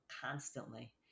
constantly